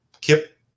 Kip